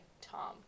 Tom